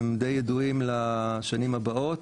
הם די ידועים לשנים הבאות,